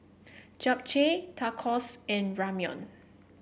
Japchae Tacos and Ramyeon